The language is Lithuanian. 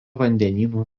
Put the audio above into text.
vandenynų